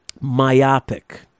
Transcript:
myopic